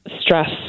stress